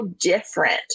different